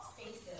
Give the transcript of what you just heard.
spaces